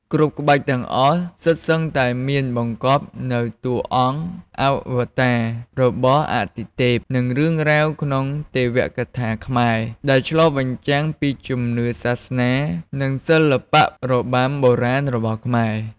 គ្រប់ក្បាច់ទាំងអស់សុទ្ធសឹងតែមានបង្កប់នូវតួអង្គអវតាររបស់អទិទេព និងរឿងរ៉ាវក្នុងទេវកថាខ្មែរ ដែលឆ្លុះបញ្ចាំងពីជំនឿសាសនា និងសិល្បៈរបាំបុរាណរបស់ខ្មែរ។